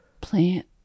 Plant